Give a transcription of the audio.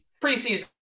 Preseason